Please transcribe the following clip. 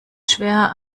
schwer